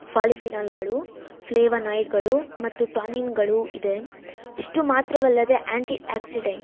ಫಾಲಿಫಿನಲ್ಗಳು ಫ್ಲೇವನಾಯ್ಡ್ಗಳು ಮತ್ತು ಟಾನಿನ್ಗಳು ಇದೆ ಇಷ್ಟು ಮಾತ್ರವಲ್ಲದೆ ಆ್ಯಂಟಿ ಆ್ಯಕ್ಸಿಡೆಂಟ್